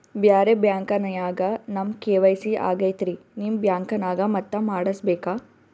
ಬ್ಯಾರೆ ಬ್ಯಾಂಕ ನ್ಯಾಗ ನಮ್ ಕೆ.ವೈ.ಸಿ ಆಗೈತ್ರಿ ನಿಮ್ ಬ್ಯಾಂಕನಾಗ ಮತ್ತ ಮಾಡಸ್ ಬೇಕ?